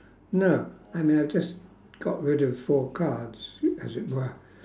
no I may have just got rid of four cards as it were